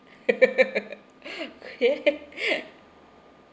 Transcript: kuih